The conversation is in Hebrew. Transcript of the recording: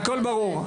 הכול ברור.